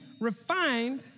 refined